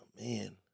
Man